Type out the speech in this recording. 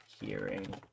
hearing